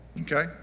Okay